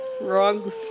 Wrong